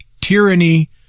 tyranny